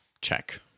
check